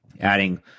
adding